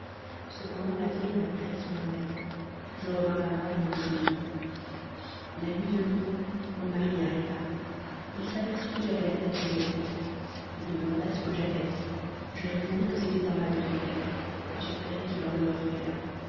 cependant la vieille m'appliqua son remède je revins à moi et me mis au lit la nuit venue mon mari arriva il s'aperçut que j'avais la tête enveloppée il me demanda ce que j'avais je répondis que c'était un mal de tête et j'espérais qu'il en demeurerait là